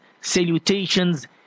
salutations